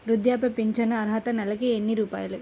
వృద్ధాప్య ఫింఛను అర్హత నెలకి ఎన్ని రూపాయలు?